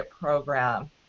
program